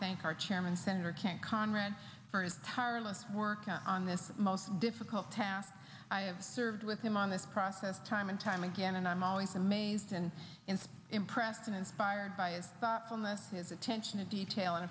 thank our chairman senator kent conrad for his tireless work on this most difficult task i have served with him on this process time and time again and i'm always amazed and impressed and inspired by his attention to detail and